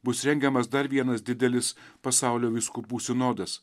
bus rengiamas dar vienas didelis pasaulio vyskupų sinodas